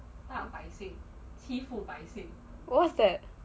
whats that